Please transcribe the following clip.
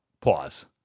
Pause